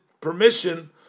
permission